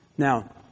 Now